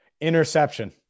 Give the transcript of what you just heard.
Interception